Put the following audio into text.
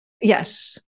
Yes